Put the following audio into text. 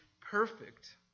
perfect